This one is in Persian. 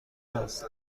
است